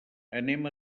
anem